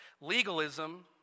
Legalism